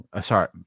sorry